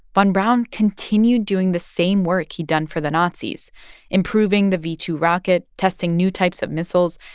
von braun continued doing the same work he'd done for the nazis improving the v two rocket, testing new types of missiles,